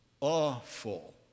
awful